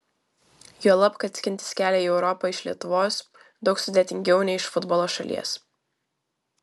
juolab kad skintis kelią į europą iš lietuvos daug sudėtingiau nei iš futbolo šalies